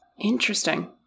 interesting